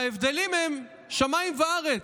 ההבדלים הם שמיים וארץ.